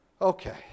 Okay